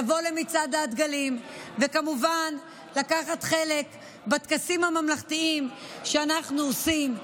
לבוא למצעד הדגלים וכמובן לקחת חלק בטקסים הממלכתיים שאנחנו עושים,